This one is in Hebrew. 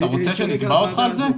--- אתה רוצה שאני אתבע אותך על זה?